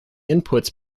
inputs